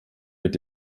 mit